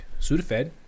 Sudafed